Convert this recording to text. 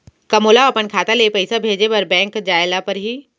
का मोला अपन खाता ले पइसा भेजे बर बैंक जाय ल परही?